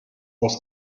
aus